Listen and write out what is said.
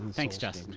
thanks, justin.